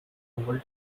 oval